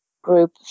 group